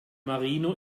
marino